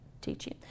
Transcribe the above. teaching